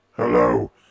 Hello